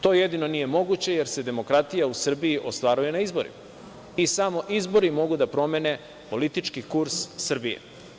To jedino nije moguće, jer se demokratija u Srbiji ostvaruje na izborima i samo izbori mogu da promene politički kurs Srbije.